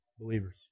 believers